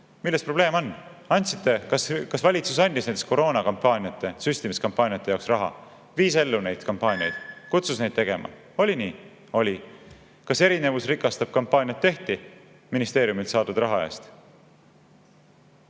Milles probleem on? Kas valitsus andis näiteks koroonakampaaniate, süstimiskampaaniate jaoks raha, viis ellu neid kampaaniaid, kutsus neid tegema? Oli nii? Oli! Kas "Erinevus rikastab" kampaaniaid tehti ministeeriumilt saadud raha eest?